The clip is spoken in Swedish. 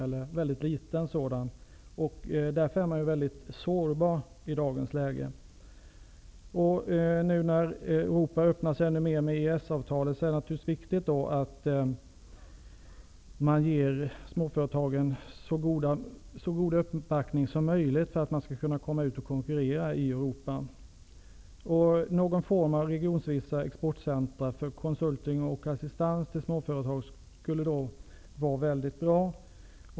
De blir i dagens läge mycket sårbara. Nu när Europa öppnar sig ännu mer genom EES avtalet är det naturligtvis viktigt att man ger småföretagen så god uppbackning som möjligt för att de skall kunna komma ut och konkurrera i Europa. Någon form av regionsvisa exportcentra för consulting och assistans åt småföretag skulle vara mycket bra.